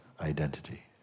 identity